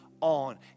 on